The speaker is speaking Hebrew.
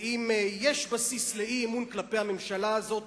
ואם יש בסיס לאי-אמון כלפי הממשלה הזאת,